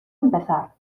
empezar